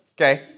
okay